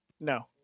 No